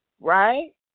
right